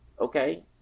Okay